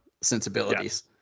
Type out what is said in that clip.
sensibilities